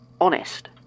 honest